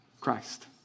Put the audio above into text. Christ